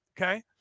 Okay